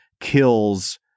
kills